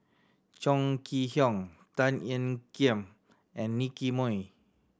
Chong Kee Hiong Tan Ean Kiam and Nicky Moey